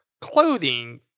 clothing